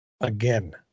again